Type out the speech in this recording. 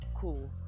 Cool